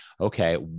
Okay